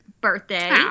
birthday